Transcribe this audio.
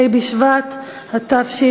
ה' בשבט התשע"ד,